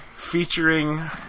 featuring